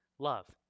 love